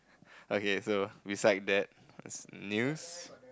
okay so beside that news